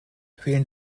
vielen